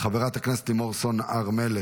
חברת הכנסת לימור סון הר מלך,